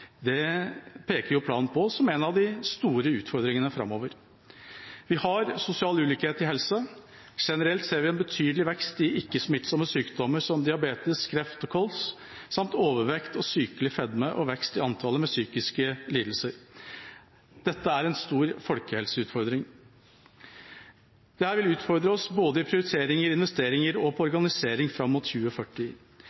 Det peker planen på som en av de store utfordringene framover. Vi har sosial ulikhet i helse. Generelt ser vi en betydelig vekst i ikke-smittsomme sykdommer som diabetes, kreft og KOLS samt overvekt og sykelig fedme og vekst i antallet med psykiske lidelser. Dette er en stor folkehelseutfordring. Dette vil utfordre oss på prioriteringer, investeringer og